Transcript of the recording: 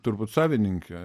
turbūt savininkė